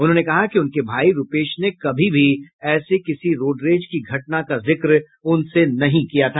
उन्होंने कहा कि उनके भाई रूपेश ने कभी भी ऐसी किसी रोडरेज की घटना का जिक्र उनसे नहीं किया था